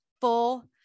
full